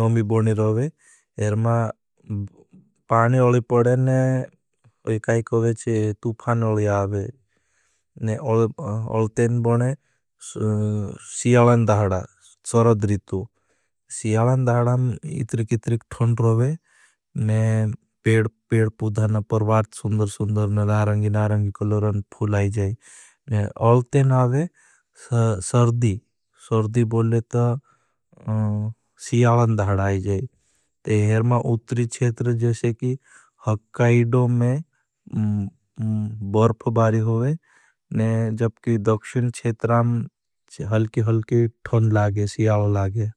नौमी बोनी रोवे, एरमा पाने अली पड़े ने तुफान अली आवे। अलतेन बोने सियालन दाहडा, चरद रितू, सियालन दाहडा में इतरिक इतरिक थौन रोवे। पेड़ पूधान परवार्थ सुन्दर सुन्दर, नारंगी नारंगी कलोरन फूल आई जाए। अलतेन आवे सरदी, सरदी बोलेत सियालन दाहडा आई जाए। एरमा उतरी छेतर जैसे की हकाईडो में बर्फ बारी होगे, जबकि दक्षिन छेतरां हलकी हलकी थौन लागे, सियाल लागे।